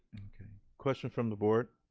okay questions from the board?